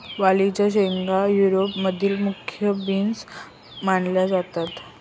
वालाच्या शेंगा युरोप मधील मुख्य बीन्स मानल्या जातात